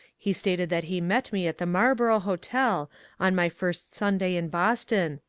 he stated that he met me at the marlboro' hotel on my first sunday in boston,